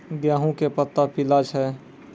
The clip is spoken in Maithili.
गेहूँ के पत्ता पीला छै?